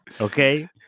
Okay